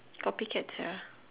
copycat Sia